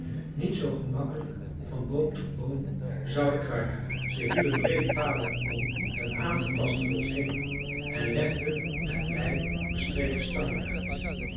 niet zoo gemakkelijk van boom tot boom zouden kruipen ze hieuwen breede paden om het aangetaste bosch heen en legden met lijm bestreken stangen uit